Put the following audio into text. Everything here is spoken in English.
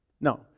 no